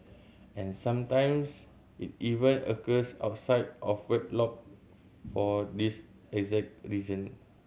and sometimes it even occurs outside of wedlock for this exact reason